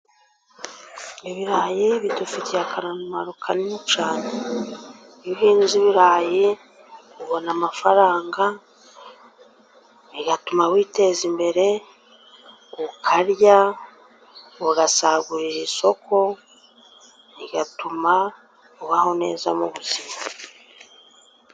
Ibirayi bidufitiye akamaro kanini cyane . Iyo uhinze ibirayi ubona amafaranga , bigatuma witeza imbere , ukarya , ugasagurira isoko , bigatuma ubaho neza mubu buzima.